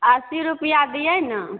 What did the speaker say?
अस्सी रुपैआके दियै ने